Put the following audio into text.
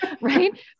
Right